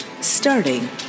starting